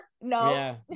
No